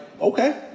okay